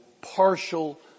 partial